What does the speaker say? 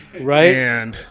right